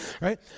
right